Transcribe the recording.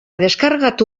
deskargatu